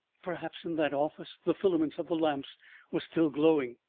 perhaps in that office the filaments of the lamps were still glowing,